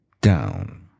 down